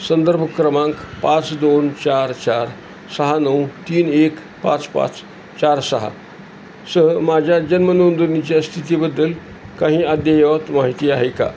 संदर्भ क्रमांक पाच दोन चार चार सहा नऊ तीन एक पाच पाच चार सहासह माझ्या जन्म नोंदणीच्या स्थितीबद्दल काही अद्ययावत माहिती आहे का